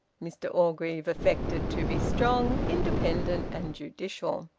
mr orgreave affected to be strong, independent, and judicial.